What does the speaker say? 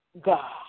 God